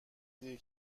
دیر